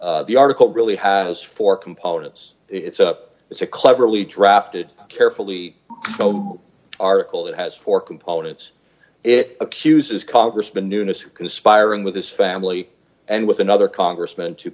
argument the article really has four components it's a it's a cleverly drafted carefully article it has four components it accuses congressman newness of conspiring with his family and with another congressman to